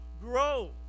grow